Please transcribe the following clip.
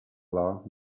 law